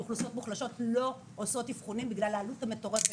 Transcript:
כי אוכלוסיות מוחלשות לא עושות אבחונים בגלל העלות המטורפת,